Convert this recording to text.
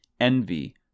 envy